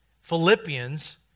Philippians